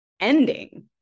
ending